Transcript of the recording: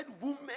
women